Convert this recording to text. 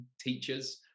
teachers